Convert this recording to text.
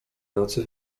nocy